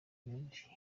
yubile